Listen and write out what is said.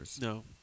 No